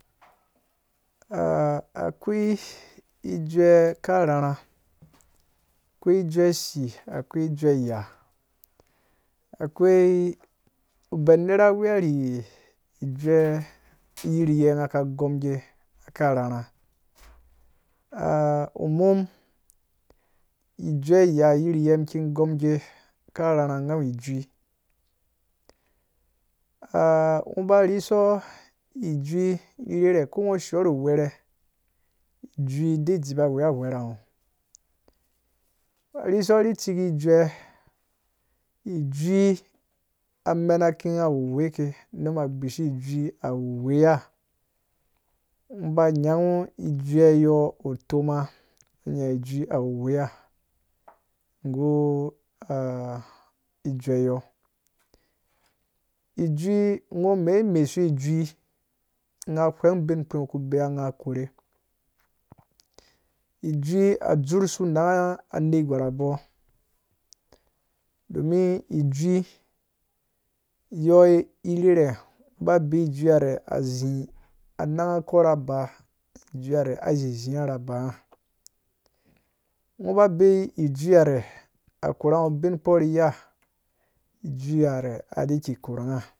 akoi ijue ka rharha akoi ijue si akoi ijue ya akoi ben nara a weyani rhu ijue yiriye ngha ka gom gee ka rharha eh umum ijue ya yiriye muki gomgee ka rharha ngha awu ijui ngha ba rhiso ijui rhere ko ngho shiwo nu ghweere ijui e dziba weya ghwera ngho rhiso ri ciki jue. ijui amenaki ngha wuweke numa gbishi ijui awuweya ba nyanghu ijue yɔɔ ngho me mesiwe ijui ngha ghweeng ubinkpi ngho ku beya ngha korhe ijui adzursu nangha aner gwara bɔɔ domin ijui yɔɔ rherhe ngho ba bbayi ijui re izi nangha ko raba ijui aziziya ra bangha ngho ba bayi ijui re a korhuwa ngho ubin kpo ri ya ijuiha re a de ki korungha